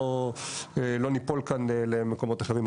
לא ניפול כאן למקומות אחרים.